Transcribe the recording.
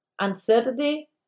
Uncertainty